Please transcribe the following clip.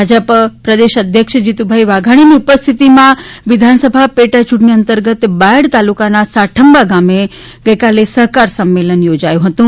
ભાજપા પ્રદેશ અધ્યક્ષશ્રી જીતુભાઈ વાઘાણીની ઉપસ્થિતિમાં વિધાનસભા પેટાચૂંટણી અંતર્ગત બાયડ તાલુકાના સાઠંબા ગામે સહકાર સંમેલન યોજાયું હતું